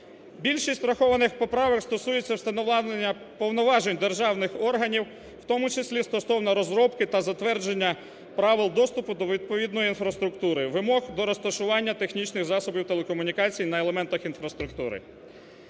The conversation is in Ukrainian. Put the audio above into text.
Більшість врахованих поправок стосується встановлення повноважень державних органів, в тому числі стосовно розробки та затвердження правил доступу до відповідної інфраструктури, вимог до розташування технічних засобів телекомунікацій на елементах інфраструктури.